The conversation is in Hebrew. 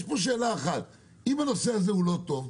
יש פה שאלה אחת: אם הנושא הזה הוא לא טוב,